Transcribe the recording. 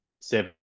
seven